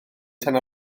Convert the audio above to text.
tan